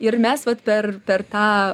ir mes vat per per tą